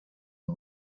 who